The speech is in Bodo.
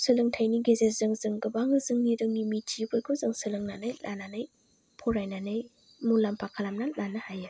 सोलोंथायनि गेजेरजों जों गोबां जोंनि रोङि मिथियैफोरखौ जों सोलोंनानै लानानै फरायनानै मुलाम्फा खालामनानै लानो हायो